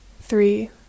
Three